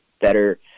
better